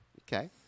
Okay